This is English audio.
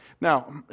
Now